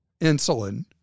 insulin